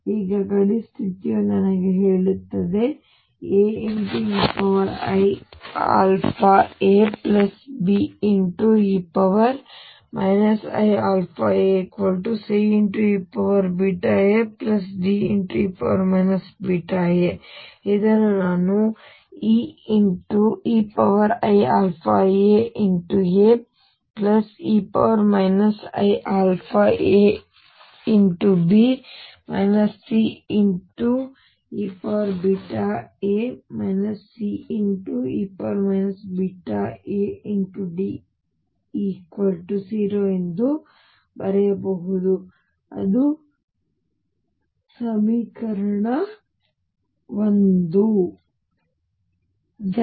ಆದ್ದರಿಂದ ಈಗ ಈ ಗಡಿ ಸ್ಥಿತಿಯು ನನಗೆ ಹೇಳುತ್ತದೆ AeiαaBe iαaCeaDe βa ಇದನ್ನು ನಾನು eiαaAe iαaB Ceβa e βaD0 ಎಂದು ಬರೆಯಬಹುದು ಅದು ನನ್ನ ಸಮೀಕರಣ 1